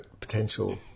potential